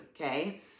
okay